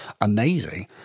amazing